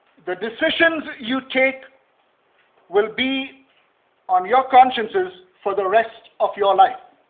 the decisions you take will be on your consciences for the rest of your life.